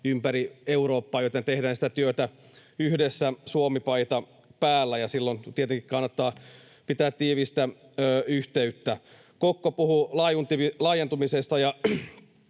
ympäri Eurooppaa, joten tehdään sitä työtä yhdessä Suomi-paita päällä, ja silloin tietenkin kannattaa pitää tiivistä yhteyttä. Kokko puhui laajentumisesta